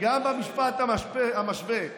גם במשפט המשווה,